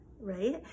right